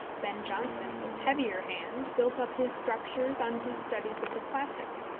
ben jonson, with heavier hand, built up his structures on his studies of the classics,